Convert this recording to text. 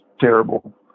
terrible